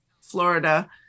Florida